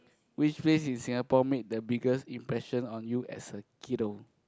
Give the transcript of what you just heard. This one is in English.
which place in Singapore make the biggest impression on you as a kiddo